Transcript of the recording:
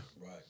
Right